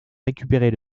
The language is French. récupérer